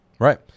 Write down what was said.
Right